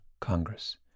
Congress